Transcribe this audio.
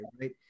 Right